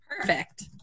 Perfect